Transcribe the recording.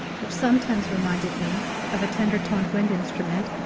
which sometimes reminded me of a tender-toned wind instrument,